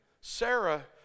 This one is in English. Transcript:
Sarah